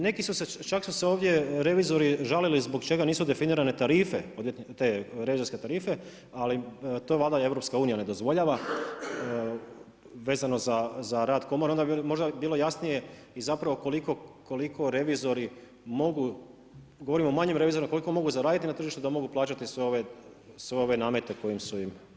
Neki su se, čak su se ovdje, revizori žalili zbog čega nisu definirane tarife, te revizorske tarife ali to valjda EU ne dozvoljava, vezano za rad komore, onda bi možda bilo jasnije i zapravo koliko revizori mogu, govorim o manjim revizorima koliko mogu zaraditi na tržištu da mogu plaćati sve ove namete koji su im nametnuti.